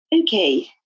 Okay